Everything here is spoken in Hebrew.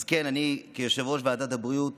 אז כן, אני יושב-ראש ועדת הבריאות